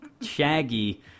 Shaggy